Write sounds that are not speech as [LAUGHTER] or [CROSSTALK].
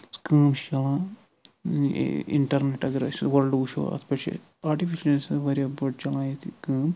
یۄس کٲم چھِ [UNINTELLIGIBLE] اِنٹرنٮ۪ٹ اگر أسۍ وٲلڈٕ وٕچھو اَتھ پٮ۪ٹھ چھِ آٹِفِشَل [UNINTELLIGIBLE] آسان واریاہ بٔڑ چَلان ییٚتہِ کٲم